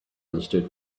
understood